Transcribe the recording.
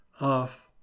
off